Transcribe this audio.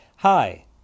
Hi